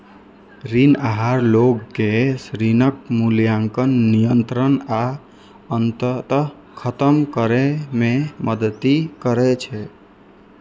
ऋण आहार लोग कें ऋणक मूल्यांकन, नियंत्रण आ अंततः खत्म करै मे मदति करै छै